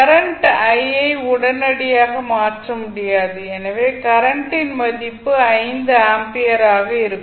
current ஐ உடனடியாக மாற்ற முடியாது எனவே கரண்ட் ன் மதிப்பு 5 ஆம்பியராக இருக்கும்